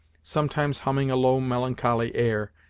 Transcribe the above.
sometimes humming a low melancholy air,